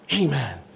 Amen